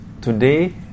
today